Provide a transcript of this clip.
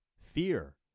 fear